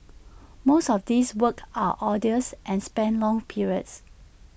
most of these works are arduous and span long periods